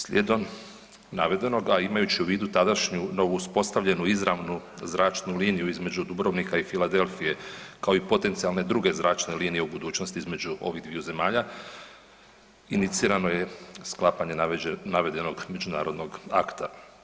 Slijedom navedenoga, a imajući u vidu tadašnju novo uspostavljenu izravnu zračnu liniju između Dubrovnika i Philadelphije, kao i potencijalne druge zračne linije u budućnosti između ovih dviju zemalja, inicirano je sklapanje navedenog međunarodnog akta.